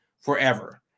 forever